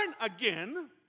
again